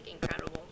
incredible